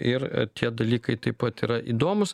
ir tie dalykai taip pat yra įdomūs